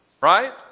Right